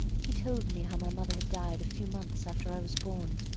he told me how my mother had died a few months after i was born.